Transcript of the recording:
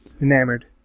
Enamored